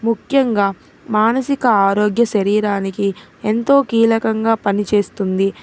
ముఖ్యంగా మానసిక ఆరోగ్య శరీరానికి ఎంతో కీలకంగా పనిచేస్తుంది